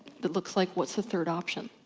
that looks like what's the third option?